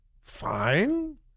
Fine